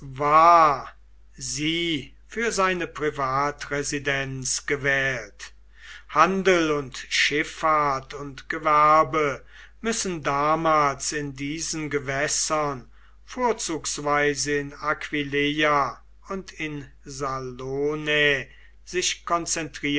sie für seine privatresidenz gewählt handel und schiffahrt und gewerbe müssen damals in diesen gewässern vorzugsweise in aquileia und in salonae sich